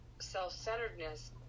self-centeredness